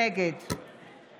נגד